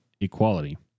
equality